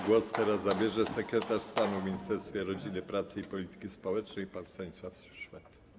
Głos teraz zabierze sekretarz stanu w Ministerstwie Rodziny, Pracy i Polityki Społecznej pan Stanisław Szwed.